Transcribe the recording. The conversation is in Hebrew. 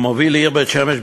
המוביל לעיר בית-שמש,